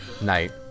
Night